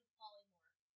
polymorph